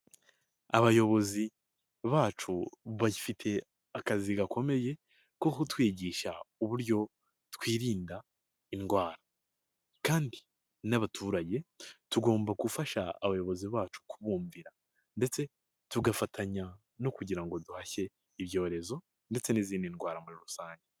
Abayobozi bacu bafite akazi gakomeye ko kutwigisha uburyo twirinda indwara, kandi n'abaturage tugomba gufasha abayobozi bacu kubumvira, ndetse tugafatanya no kugira ngo duhashye ibyorezo ndetse n'izindi ndwara muri rusange.